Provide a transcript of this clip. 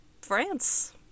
France